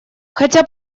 хотя